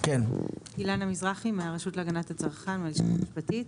אילנה מזרחי, מהרשות להגנת הצרכן, הלשכה המשפטית.